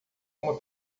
uma